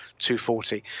240